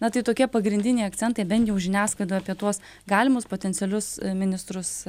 na tai tokie pagrindiniai akcentai bent jau žiniasklaidoj apie tuos galimus potencialius ministrus